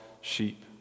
sheep